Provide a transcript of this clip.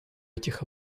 этих